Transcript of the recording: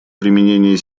применение